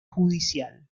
judicial